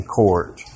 court